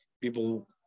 people